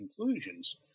conclusions